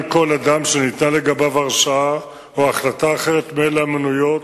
כל אדם שניתנה לגביו הרשעה או החלטה אחרת מאלה המנויות